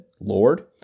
Lord